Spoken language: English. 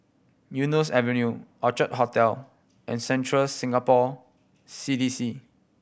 Eunos Avenue Orchid Hotel and Central Singapore C D C